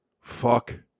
fuck